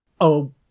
Oh